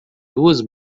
duas